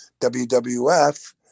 WWF